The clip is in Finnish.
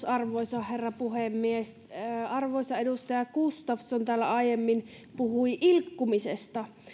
arvoisa herra puhemies arvoisa edustaja gustafsson täällä aiemmin puhui ilkkumisesta